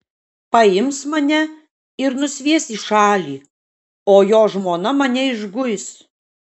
paims mane ir nusvies į šalį o jo žmona mane išguis